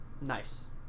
Nice